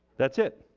that's it